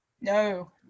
No